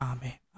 Amen